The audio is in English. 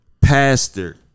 Pastor